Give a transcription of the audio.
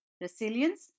Resilience